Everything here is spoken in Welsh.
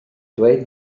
dweud